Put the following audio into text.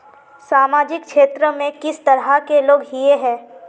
सामाजिक क्षेत्र में किस तरह के लोग हिये है?